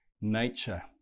nature